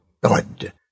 God